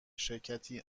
شرکتی